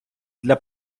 для